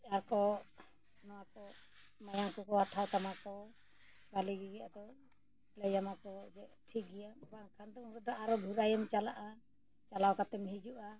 ᱟᱨ ᱠᱚ ᱱᱚᱣᱟ ᱠᱚ ᱢᱟᱭᱟᱝ ᱠᱚᱠᱚ ᱦᱟᱛᱟᱣ ᱛᱟᱢᱟᱠᱚ ᱵᱷᱟᱹᱞᱤᱜᱮ ᱟᱫᱚ ᱞᱟᱹᱭᱟᱢᱟᱠᱚ ᱡᱮ ᱴᱷᱤᱠ ᱜᱮᱭᱟ ᱵᱟᱝᱠᱷᱟᱱ ᱫᱚ ᱩᱱ ᱨᱮᱫᱚ ᱟᱨᱚ ᱵᱷᱩᱨᱟᱹᱭᱮᱢ ᱪᱟᱞᱟᱜᱼᱟ ᱪᱟᱞᱟᱣ ᱠᱟᱛᱮᱢ ᱦᱤᱡᱩᱜᱼᱟ